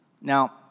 Now